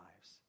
lives